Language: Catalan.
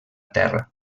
terra